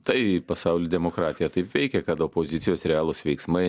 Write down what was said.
tai pasauly demokratija taip veikia kad opozicijos realūs veiksmai